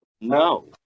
No